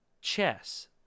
chess